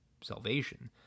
salvation